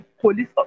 police